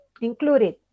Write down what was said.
included